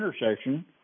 intersection